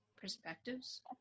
perspectives